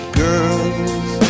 girls